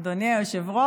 לא, אדוני היושב-ראש,